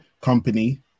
company